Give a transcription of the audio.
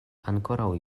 ankoraŭ